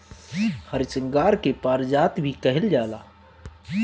हरसिंगार के पारिजात भी कहल जाला